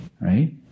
Right